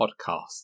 podcast